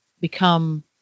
become